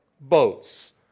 boats